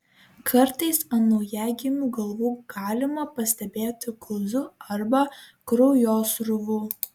kartais ant naujagimių galvų galima pastebėti guzų arba kraujosruvų